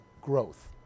growth